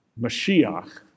Mashiach